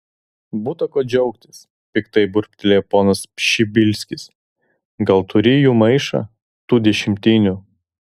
būta ko džiaugtis piktai burbtelėjo ponas pšibilskis gal turi jų maišą tų dešimtinių